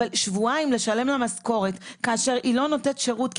אבל לשלם שבועיים משכורת כאשר היא לא נותנת שירות,